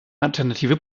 alternative